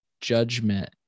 judgment